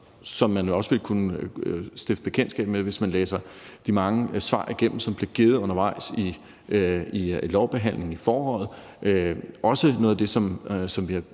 som man jo også vil kunne stifte bekendtskab med, hvis man læser de mange svar igennem, som blev givet undervejs i lovbehandlingen i foråret. Det er også noget af det, som vi har